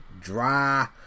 dry